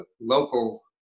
local